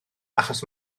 achos